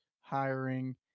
hiring